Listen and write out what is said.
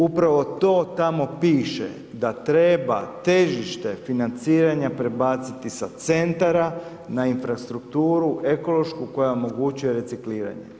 Upravo to tamo piše da treba težište financiranja prebaciti sa centara na infrastrukturu ekološku koja omogućuje recikliranje.